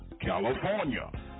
California